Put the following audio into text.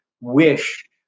wish